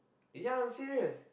ya I'm serious